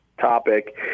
topic